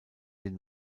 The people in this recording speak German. den